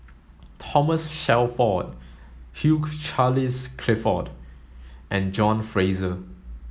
Thomas Shelford Hugh Charles Clifford and John Fraser